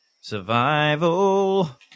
Survival